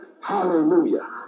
Hallelujah